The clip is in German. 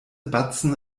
batzen